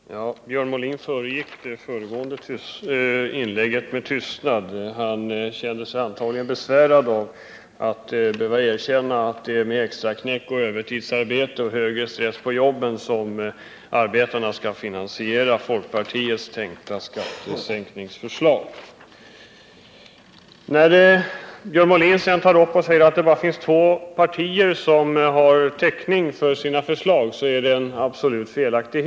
Herr talman! Björn Molin förbigick mitt föregående inlägg med tystnad. Han kände sig antagligen besvärad av att behöva erkänna att det är med extraknäck, övertidsarbete och värre stress på jobbet som arbetarna skall finansiera folkpartiets tänkta skattesänkningsförslag. Björn Molin säger att det bara finns två partier som har absolut täckning för sina förslag. Det är felaktigt.